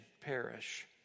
perish